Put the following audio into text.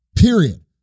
period